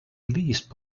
least